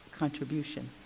contribution